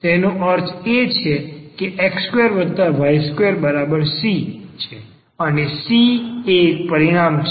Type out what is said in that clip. તેનો અર્થ એ કે x2 y2 c છે અને c એ એક પરિમાણ છે